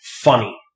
funny